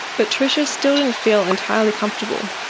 but tricia still didn't feel entirely comfortable.